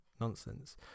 nonsense